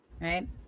right